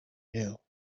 knew